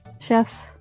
chef